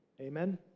Amen